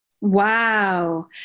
Wow